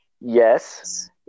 Yes